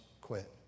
quit